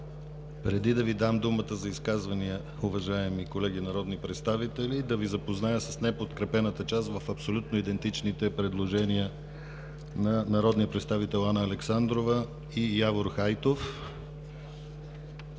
Преди да Ви дам думата за изказвания, уважаеми колеги народни представители, да Ви запозная с неподкрепената част в абсолютно идентичните предложения на народния представител Анна Александрова и Явор Хайтов: